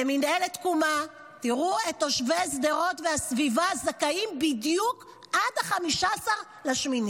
למינהלת תקומה: תראו את תושבי שדרות והסביבה זכאים בדיוק עד 15 באוגוסט.